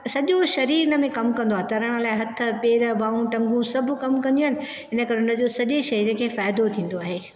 सॼो शरीर हिनमें कमु कन्दो आहे तरण लाइ हथ पेर बाहूं टंगू सभु कम कंदियू आहिनि इन करे उनजो सॼे शरीर खे फ़ाइदो थीन्दो आहे